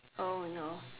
oh no